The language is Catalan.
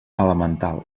elemental